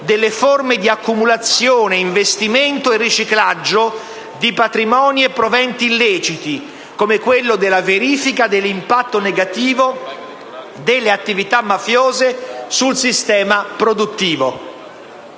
delle forme di accumulazione, investimento e riciclaggio di patrimoni e proventi illeciti, come quello della verifica dell'impatto negativo delle attività mafiose sul sistema produttivo.